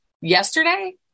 yesterday